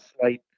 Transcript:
slight